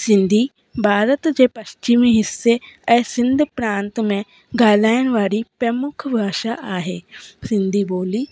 सिंधी भारत जे पश्चिमी हिसे ऐं सिंध प्रांत में ॻाल्हाइण वारी प्रमुख भाषा आहे सिंधी ॿोली